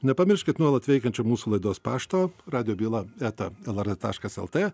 nepamirškit nuolat veikiančio mūsų laidos pašto radijo byla eta lrt taškas lt